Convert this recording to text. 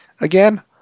Again